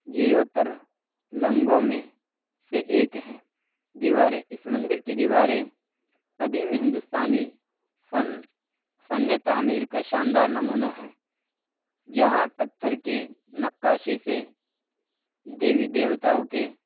جیوتر لنگوں میں سے ایک ہیں دیواریں اس مندر کی دیواریں قدیم ہندوستانی فن فن تعمیر کا شاندار نمونہ ہیں جہاں پتھر کی نقاشی سے دیوی دیوتاؤں کے